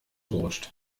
gerutscht